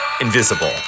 invisible